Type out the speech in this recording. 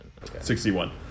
61